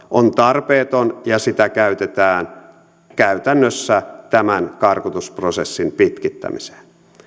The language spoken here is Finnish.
on tarpeeton ja sitä käytetään käytännössä tämän karkotusprosessin pitkittämiseen